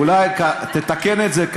אולי תתקן את זה,